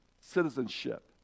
citizenship